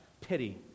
pity